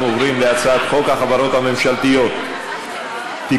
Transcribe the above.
אנחנו עוברים להצעת חוק החברות הממשלתיות (תיקון,